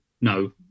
no